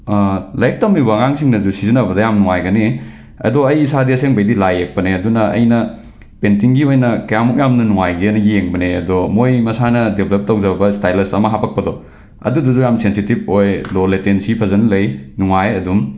ꯂꯥꯏꯔꯤꯛ ꯇꯝꯃꯤꯕ ꯑꯉꯥꯡꯁꯤꯡꯅꯁꯨ ꯁꯤꯖꯤꯟꯅꯕꯗ ꯌꯥꯝꯅ ꯅꯨꯡꯉꯥꯏꯒꯅꯤ ꯑꯗꯣ ꯑꯩ ꯏꯁꯥꯁꯦ ꯑꯁꯦꯡꯕꯒꯤꯗꯤ ꯂꯥꯏ ꯌꯦꯛꯄꯅꯦ ꯑꯗꯨꯅ ꯑꯩꯅ ꯄꯦꯟꯇꯤꯡꯒꯤ ꯑꯣꯏꯅ ꯀꯌꯥꯃꯨꯛ ꯌꯥꯝꯅ ꯅꯨꯡꯉꯥꯏꯒꯦꯅ ꯌꯦꯡꯕꯅꯦ ꯑꯗꯣ ꯃꯣꯏ ꯃꯁꯥꯅ ꯗꯦꯕꯂꯞ ꯇꯧꯖꯕ ꯁ꯭ꯇꯥꯏꯂꯁ ꯑꯃ ꯍꯥꯞꯄꯛꯄꯗꯣ ꯑꯗꯨꯗꯨꯁꯨ ꯌꯥꯝꯅ ꯁꯦꯟꯁꯤꯇꯤꯞ ꯑꯣꯏ ꯂꯣ ꯂꯦꯇꯦꯟꯁꯤ ꯐꯖꯅ ꯂꯩ ꯅꯨꯡꯉꯥꯏ ꯑꯗꯨꯝ